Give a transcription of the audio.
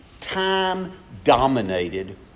time-dominated